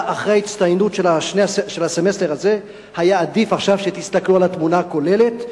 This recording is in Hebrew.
אחרי ההצטיינות של הסמסטר הזה היה עדיף עכשיו שתסתכלו על התמונה הכוללת,